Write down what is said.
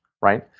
right